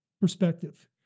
perspective